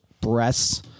breasts